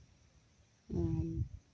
ᱦᱩᱸ